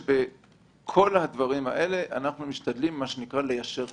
בכל הדברים האלה אנחנו מנסים ליישר קו.